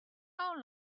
how